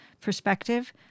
perspective